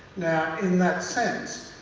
now in that sense,